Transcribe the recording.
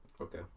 Okay